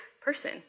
person